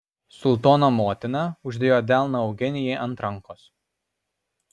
sultono motina uždėjo delną eugenijai ant rankos